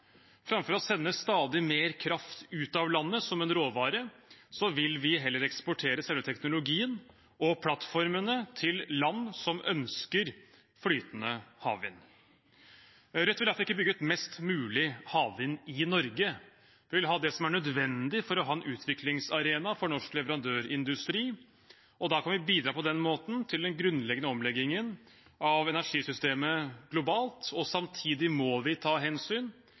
Framfor å sende stadig mer kraft ut av landet som en råvare, vil vi heller eksportere selve teknologien og plattformene til land som ønsker flytende havvind. Rødt vil derfor ikke bygge ut mest mulig havvind i Norge. Vi vil ha det som er nødvendig for å ha en utviklingsarena for norsk leverandørindustri, og da kan vi på den måten bidra til den grunnleggende omleggingen av energisystemet globalt. Samtidig må vi ta hensyn